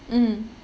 mm